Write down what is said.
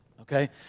okay